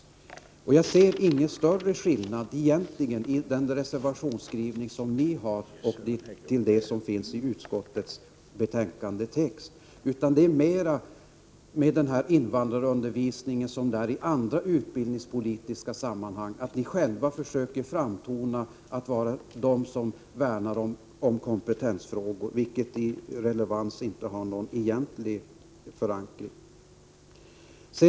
Jag ser egentligen ingen större skillnad mellan skrivningen i den reservation som moderaterna avgivit och utskottsmajoritetens text i betänkandet. Det är här som i andra utbildningspolitiska sammanhang — ni försöker framtona som de som värnar om kompetensfrågor, vilket inte har någon egentlig relevans.